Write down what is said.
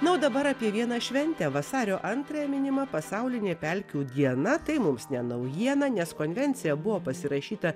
na o dabar apie vieną šventę vasario antrąją minima pasaulinė pelkių diena tai mums ne naujiena nes konvencija buvo pasirašyta